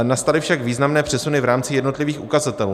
Nastaly však významné přesuny v rámci jednotlivých ukazatelů.